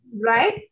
right